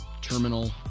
Terminal